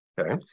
Okay